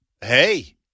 hey